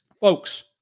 Folks